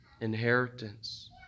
inheritance